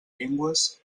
llengües